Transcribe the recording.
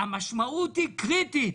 המשמעות היא קריטית.